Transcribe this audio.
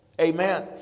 Amen